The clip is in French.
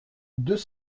deux